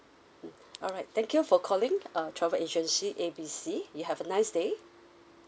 mm alright thank you for calling uh travel agency A B C you have a nice day